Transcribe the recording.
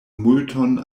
multon